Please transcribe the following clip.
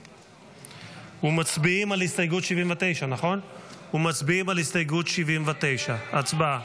78, ומצביעים על הסתייגות 79. הצבעה.